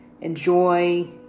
Enjoy